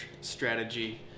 strategy